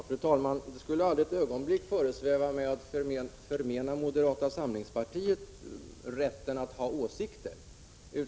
Fru talman! Det skulle inte för ett ögonblick föresväva mig att förmena moderata samlingspartiet rätten att ha åsikter.